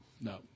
no